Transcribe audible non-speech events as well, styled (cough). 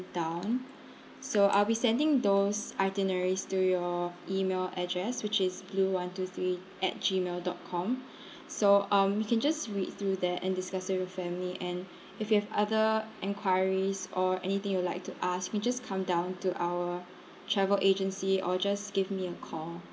down so I'll be sending those itineraries through your email address which is blue one two three at G mail dot com (breath) so um you can just read through there and discuss with your family and if you have other inquiries or anything you'd like to ask me just come down to our travel agency or just give me a call